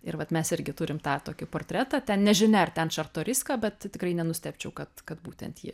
ir vat mes irgi turim tą tokį portretą ten nežinia ar ten čartoriskio bet tikrai nenustebčiau kad kad būtent ji